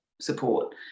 support